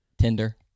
Tinder